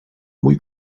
mój